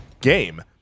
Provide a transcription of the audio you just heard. game